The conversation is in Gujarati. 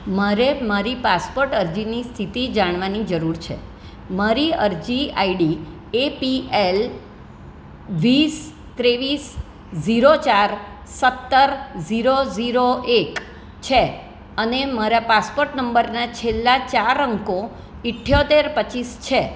મારે મારી પાસપોર્ટ અરજીની સ્થિતિ જાણવાની જરૂર છે મારી અરજી આઈડી એપીએલ વીસ ત્રેવીસ ઝીરો ચાર સત્તર ઝીરો ઝીરો એક છે અને મારા પાસપોર્ટ નંબરના છેલ્લા ચાર અંકો ઇઠ્ઠોતેર પચ્ચીસ છે